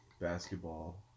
basketball